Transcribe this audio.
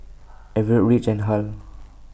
Everette Rich and Hal